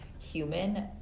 human